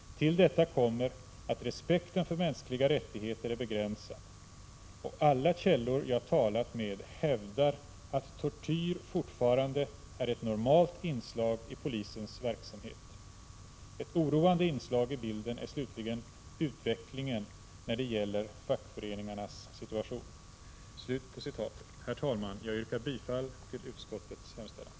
Till detta kommer att respekten för mänskliga rättigheter är begränsad, och alla källor jag talat med hävdar att tortyr fortfarande är ett normalt inslag i polisens verksamhet. Ett oroande inslag i bilden är slutligen utvecklingen när det gäller fackföreningarnas situation.” Herr talman! Jag yrkar bifall till utskottets hemställan.